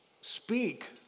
speak